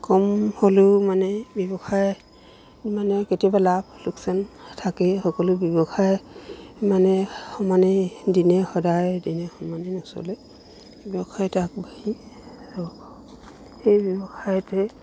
কম হ'লেও মানে ব্যৱসায় মানে কেতিয়াবা লাভ লোকচান থাকেই সকলো ব্যৱসায় মানে সমানেই দিনে সদায় দিনে সমানেই নচলে ব্যৱসায়ত আগবাঢ়ি সেই ব্যৱসায়তেই